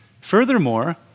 furthermore